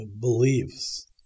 beliefs